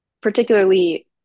particularly